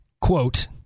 quote